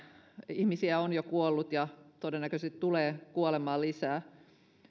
ihmisiä on jo kuollut ja todennäköisesti tulee kuolemaan lisää